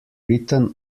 written